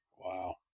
Wow